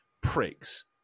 pricks